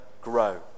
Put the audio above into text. grow